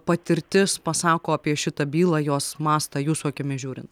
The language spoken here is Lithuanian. patirtis pasako apie šitą bylą jos mastą jūsų akimis žiūrin